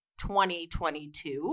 2022